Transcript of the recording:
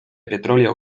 petróleo